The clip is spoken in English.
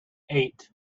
eight